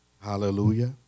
Hallelujah